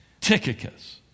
Tychicus